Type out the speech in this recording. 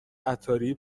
عطاری